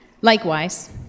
Likewise